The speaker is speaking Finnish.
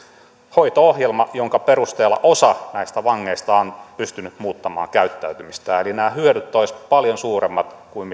hoito ohjelma jonka perusteella osa näistä vangeista on pystynyt muuttamaan käyttäytymistään eli nämä hyödyt olisivat paljon suuremmat kuin